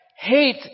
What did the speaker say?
hate